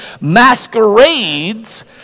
masquerades